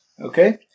Okay